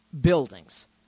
buildings